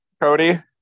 Cody